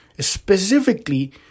Specifically